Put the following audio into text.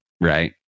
right